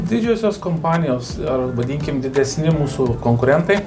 didžiosios kompanijos ar vadinkim didesni mūsų konkurentai